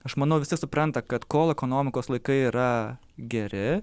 aš manau visi supranta kad kol ekonomikos laikai yra geri